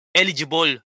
eligible